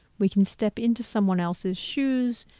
we can step into someone else's shoes,